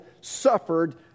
suffered